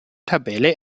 tabelle